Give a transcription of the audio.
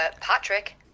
Patrick